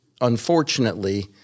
unfortunately